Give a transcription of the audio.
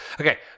Okay